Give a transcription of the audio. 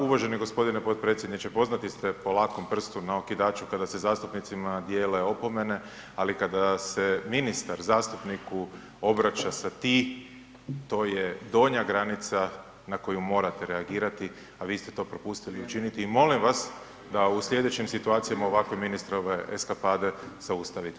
Uvaženi g. potpredsjedniče, poznati ste po lakom prstu na okidaču kada se zastupnicima dijele opomene, ali kada se ministar zastupniku obraća sa „ti“, to je donja granica na koju morate reagirati, a vi ste to propustili učiniti i molim vas da u slijedećim situacijama ovakve ministrove eskapade zaustavite.